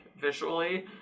visually